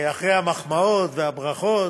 אחרי המחמאות והברכות,